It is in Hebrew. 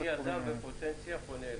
איך יזם בפוטנציה פונה אליכם?